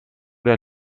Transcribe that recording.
der